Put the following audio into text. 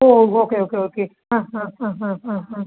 ഓ okay okay okay ആ ആ ആ ആ ആ ആ